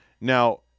Now